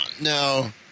no